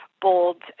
bold